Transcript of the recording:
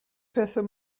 pethau